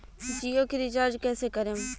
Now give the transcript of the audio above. जियो के रीचार्ज कैसे करेम?